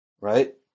right